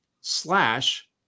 slash